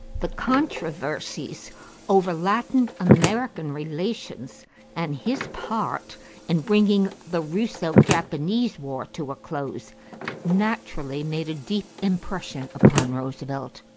the controversies over latin-american relations and his part in bringing the russo-japanese war to a close naturally made a deep impression upon roosevelt,